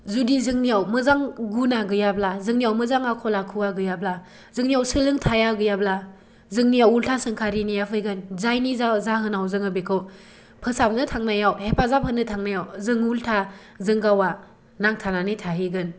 जुदि जोंनिआव मोजां गुना गैयाब्ला जोंनिआव मोजां आखल आखुआ गैयाब्ला जोंनिआव सोलोंथाइआ गैयाब्ला जोंनिआव उल्था सोंखारिनाया फैगोन जायनि जाहोनाव जोङो बेखौ फोसाबनो थांनायाव हेफाजाब होनो थांनायाव जों उल्था जों गावआ नांथानानै थाहैगोन